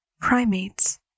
Primates